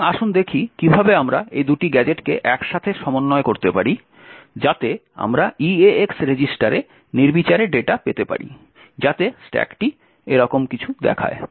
সুতরাং আসুন দেখি কিভাবে আমরা এই দুটি গ্যাজেটকে একসাথে সমন্বয় করতে পারি যাতে আমরা eax রেজিস্টারে নির্বিচারে ডেটা পেতে পারি যাতে স্ট্যাকটি এরকম কিছু দেখায়